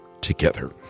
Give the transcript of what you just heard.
together